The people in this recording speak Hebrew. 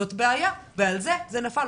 זאת בעיה ועל זה זה נפל.